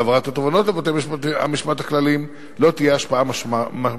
להעברת התובענות לבתי-המשפט הכלליים לא תהיה השפעה ממשית